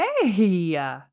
Hey